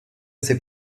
ses